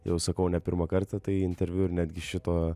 jau sakau ne pirmą kartą tai interviu ir netgi šito